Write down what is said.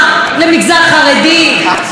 למגזר ערבי,